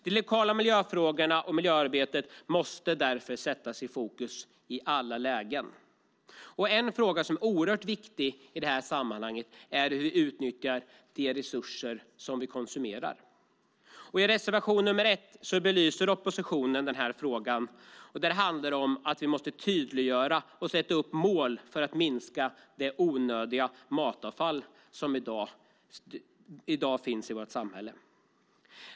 De lokala miljöfrågorna och miljöarbetet måste därför i alla lägen sättas i fokus. En oerhört viktig fråga i detta sammanhang är hur vi utnyttjar de resurser som vi konsumerar. I reservation nr 1 belyser oppositionen den frågan. Det handlar om att vi måste tydliggöra och sätta upp mål för att minska det onödiga slängandet av mat som i dag finns i vårt samhälle.